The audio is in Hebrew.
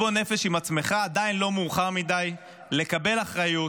עדיין לא מאוחר מדי לקבל אחריות,